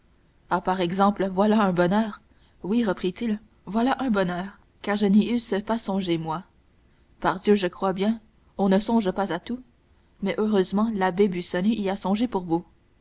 par exemple voilà un bonheur oui reprit-il voilà un bonheur car je n'y eusse pas songé moi pardieu je crois bien on ne songe pas à tout mais heureusement l'abbé busoni y a songé pour vous